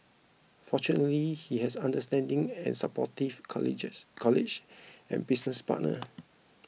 fortunately he has understanding and supportive colleagues and business partners